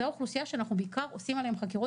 זו האוכלוסייה שאנחנו בעיקר עושים עליהם חקירות